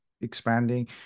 expanding